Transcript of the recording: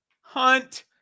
Hunt